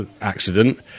accident